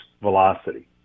velocity